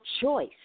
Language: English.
choice